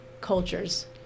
cultures